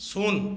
ଶୂନ